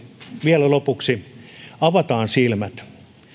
vielä lopuksi avataan silmät